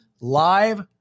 live